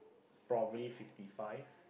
probably fifty five